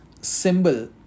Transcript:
symbol